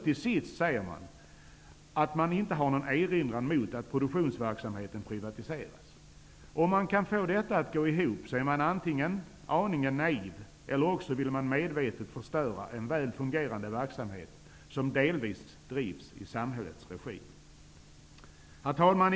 Till sist säger man att man inte har någon erinran mot att produktionsverksamheten privatiseras. Om man kan få detta att gå ihop är man aningen naiv, eller också vill man medvetet förstöra en väl fungerande verksamhet, som delvis drivs i samhällets regi. Herr talman!